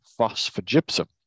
phosphogypsum